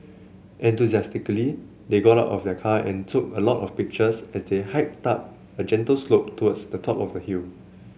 enthusiastically they got out of the car and took a lot of pictures as they hiked up a gentle slope towards the top of the hill